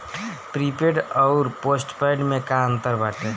Prepaid अउर postpaid में का अंतर बाटे?